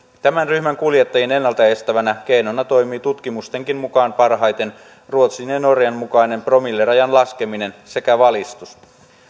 tämän ryhmän kuljettajien ennalta estävänä keinona toimii tutkimustenkin mukaan parhaiten ruotsin ja ja norjan mukainen promillerajan laskeminen sekä valistus